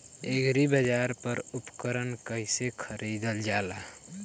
एग्रीबाजार पर उपकरण कइसे खरीदल जाला?